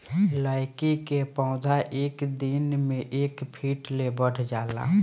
लैकी के पौधा एक दिन मे एक फिट ले बढ़ जाला